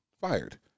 fired